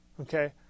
Okay